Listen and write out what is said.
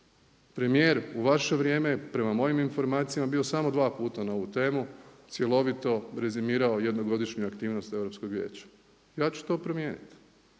Premijer u vaše vrijeme prema mojim informacijama je bio samo dva puta na ovu temu cjelovito rezimirao jednogodišnju aktivnost u Europskog vijeća. Ja ću to promijeniti